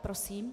Prosím.